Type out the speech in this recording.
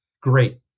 great